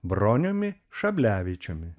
broniumi šablevičiumi